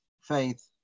faith